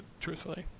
Truthfully